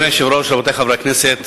אדוני היושב-ראש, רבותי חברי הכנסת,